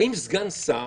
האם סגן שר,